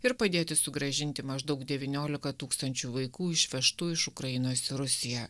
ir padėti sugrąžinti maždaug devyniolika tūkstančių vaikų išvežtų iš ukrainos į rusiją